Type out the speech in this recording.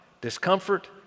discomfort